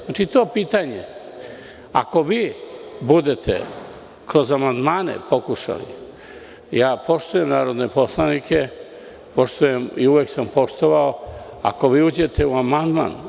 Znači, to pitanje, ako vi budete kroz amandmane pokušali, ja poštujem narodne poslanike, poštujem i uvek sam poštovao, ako vi uđete u amandman.